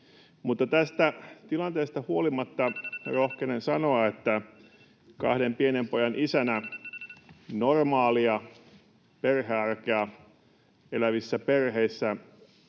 mutta tästä tilanteesta huolimatta rohkenen sanoa kahden pienen pojan isänä, että normaalia perhearkea elävissä perheissä